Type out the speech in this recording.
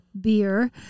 beer